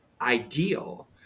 ideal